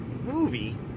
movie